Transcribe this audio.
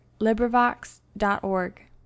LibriVox.org